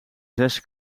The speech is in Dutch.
zes